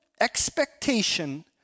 expectation